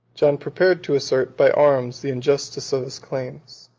john prepared to assert, by arms, the injustice of his claims.